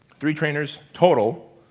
three trainers total,